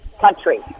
country